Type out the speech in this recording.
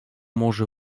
może